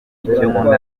nkunda